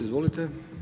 Izvolite.